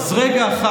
אז רגע אחד